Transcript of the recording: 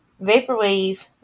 vaporwave